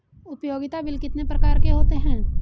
उपयोगिता बिल कितने प्रकार के होते हैं?